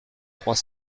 trois